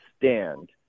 stand